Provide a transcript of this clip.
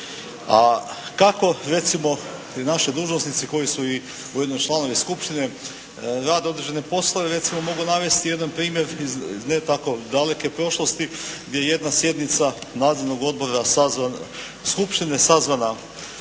A kako recimo naši dužnosnici koji su ujedno i članovi skupštine, rade određene poslove, recimo mogu navesti jedan primjer iz ne tako daleke prošlosti gdje je jedna sjednica nadzornog odbora, skupštine sazvana